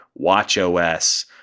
watchOS